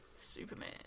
Superman